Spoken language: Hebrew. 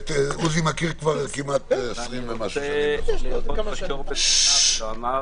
אני רוצה לאחוז את השור בקרניו ואומר